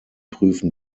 prüfen